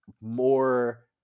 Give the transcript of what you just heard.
more